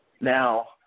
Now